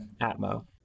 Atmo